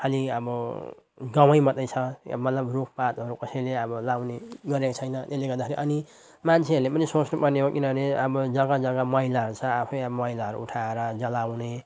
खालि अब गावैँ मात्रै छ यहाँ मतलब रुखपातहरू कसैले अब लगाउने गरेको छैन त्यसले गर्दाखेरि अनि मान्छेहरूले पनि सोच्नुपर्ने हो किनभने अब जग्गा जग्गा मैलाहरू छ आफै अब मैलाहरू उठाएर जलाउने